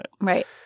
Right